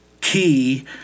key